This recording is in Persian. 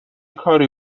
کاری